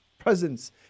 presence